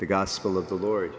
the gospel of the lord